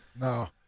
No